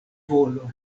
volo